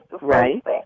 Right